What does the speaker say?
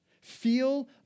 Feel